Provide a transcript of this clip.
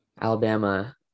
Alabama